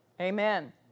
Amen